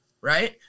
right